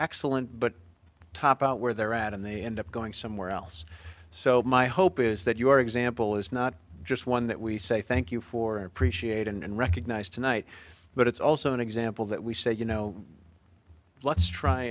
excellent but top out where they're at and they end up going somewhere else so my hope is that your example is not just one that we say thank you for appreciate and recognize tonight but it's also an example that we say you know let's try